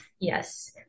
Yes